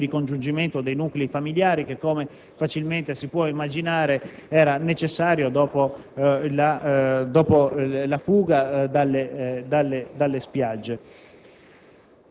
anche di ricongiungimento dei nuclei familiari, che, come facilmente si può immaginare, era necessario dopo la fuga dalle spiagge.